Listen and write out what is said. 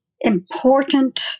important